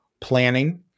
planning